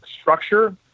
structure